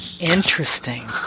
Interesting